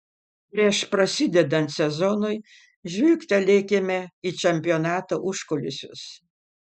prieš prasidedant sezonui žvilgtelėkime į čempionato užkulisius